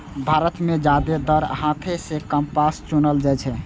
भारत मे जादेतर हाथे सं कपास चुनल जाइ छै